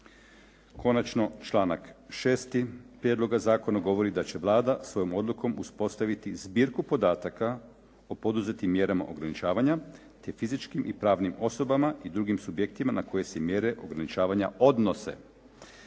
Konačno, članak 6. prijedloga zakona govori da će Vlada svojom odlukom uspostaviti zbirku podataka o poduzetim mjerama ograničavanja te fizičkim i pravnim osobama i drugim subjektima na koje se mjere ograničavanja odnose.